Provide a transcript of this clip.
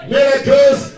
Miracles